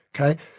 okay